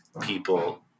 people